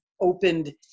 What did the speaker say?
opened